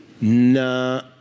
nah